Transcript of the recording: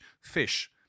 fish